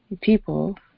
people